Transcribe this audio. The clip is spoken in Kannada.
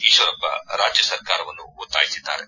ಈಶ್ವರಪ್ಪ ರಾಜ್ಯ ಸರ್ಕಾರವನ್ನು ಒತ್ತಾಯಿಸಿದ್ದಾರೆ